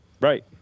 Right